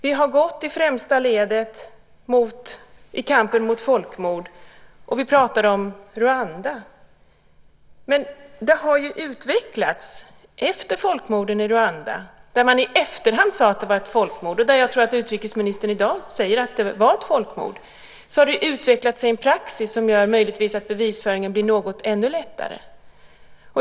Vi har gått i främsta ledet i kampen mot folkmord, och jag pratar om Rwanda. Men efter folkmorden i Rwanda - i efterhand sade man att det var ett folkmord, och jag tror att utrikesministern i dag säger att det var ett folkmord - har det utvecklats en praxis som gör att bevisföringen möjligtvis blir ännu lättare.